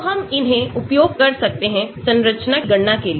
तो हम इन्हें उपयोग कर सकते हैं संरचना की गणना के लिए